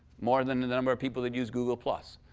more than the number of people that use google plus.